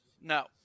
No